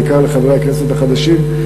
אני